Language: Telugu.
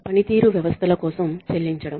పనితీరు వ్యవస్థల కోసం చెల్లించడం